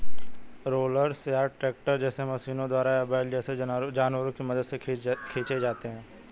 rollers या तो tractor जैसे मशीनों द्वारा या बैल जैसे जानवरों की मदद से खींचे जाते हैं